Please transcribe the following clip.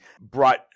brought